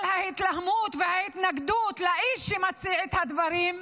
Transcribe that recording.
בגלל ההתלהמות וההתנגדות לאיש שמציע את הדברים,